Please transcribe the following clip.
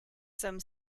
some